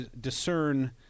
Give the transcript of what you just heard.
discern